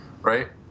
Right